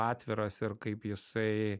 atviras ir kaip jisai